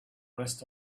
rest